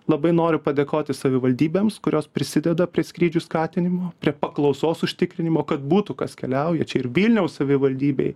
labai noriu padėkoti savivaldybėms kurios prisideda prie skrydžių skatinimo prie paklausos užtikrinimo kad būtų kas keliauja čia ir vilniaus savivaldybei